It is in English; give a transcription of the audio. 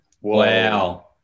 Wow